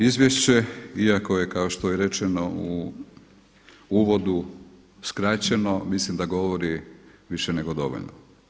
Izvješće iako je kao što je rečeno u uvodu skraćeno mislim da govori više nego dovoljno.